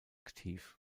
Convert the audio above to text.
aktiv